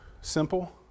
simple